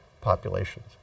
populations